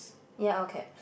ya all caps